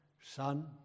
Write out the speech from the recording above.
Son